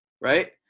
right